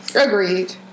agreed